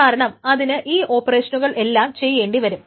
കാരണം അതിന് ഈ ഓപ്പറേഷനുകൾ എല്ലാം ചെയ്യേണ്ടിവരും